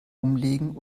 umlegen